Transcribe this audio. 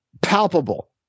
palpable